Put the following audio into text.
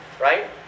right